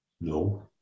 no